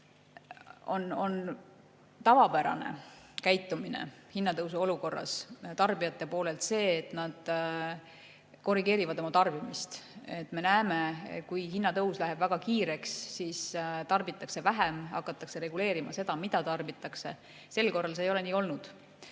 et tavapärane käitumine hinnatõusu olukorras on tarbijate hulgas see, et nad korrigeerivad oma tarbimist. Me oleme näinud, et kui hinnatõus läheb väga kiireks, siis tarbitakse vähem, hakatakse reguleerima seda, mida tarbitakse. Sel korral ei ole see